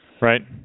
Right